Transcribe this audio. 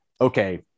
Okay